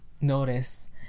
notice